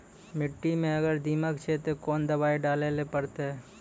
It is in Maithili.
मिट्टी मे अगर दीमक छै ते कोंन दवाई डाले ले परतय?